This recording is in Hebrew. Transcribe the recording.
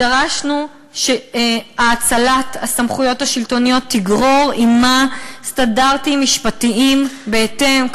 דרשנו שהאצלת הסמכויות השלטוניות תגרור עמה סטנדרטים משפטיים בהתאם,